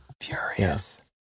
Furious